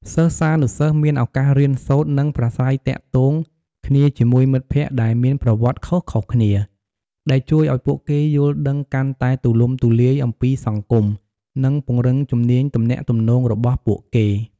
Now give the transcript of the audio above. សិស្សានុសិស្សមានឱកាសរៀនសូត្រ និងប្រាស្រ័យទាក់ទងគ្នាជាមួយមិត្តភក្តិដែលមានប្រវត្តិខុសៗគ្នា ដែលជួយឱ្យពួកគេយល់ដឹងកាន់តែទូលំទូលាយអំពីសង្គម និងពង្រឹងជំនាញទំនាក់ទំនងរបស់ពួកគេ។